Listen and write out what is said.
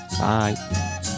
bye